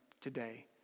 today